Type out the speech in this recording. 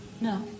No